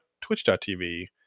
twitch.tv